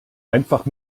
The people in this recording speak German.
einfach